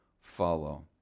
follow